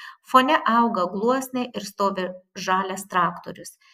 fone auga gluosniai ir stovi žalias traktorius